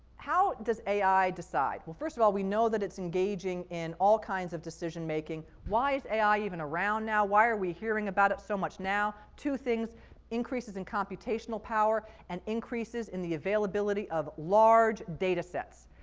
how does ai decide? well, first of all, we know it's engaging in all kinds of decision making. why is ai even around now? why are we hearing about it so much now? two things increases in computational power and increases in the availability of large data sets,